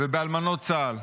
ובאלמנות צה"ל.